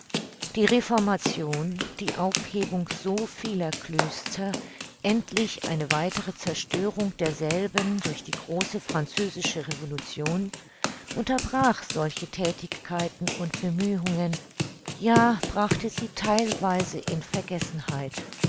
die reformation die aufhebung so vieler klöster endlich eine weitere zerstörung derselben durch die große französische revolution unterbrach solche thätigkeiten und bemühungen ja brachte sie theilweise in vergessenheit